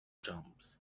jumps